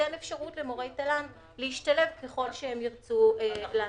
תינתן אפשרות למורי תל"ן להשתלב ככל שהם ירצו לעשות זאת.